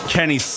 Kenny